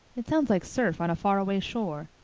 it sounds like surf on a faraway shore.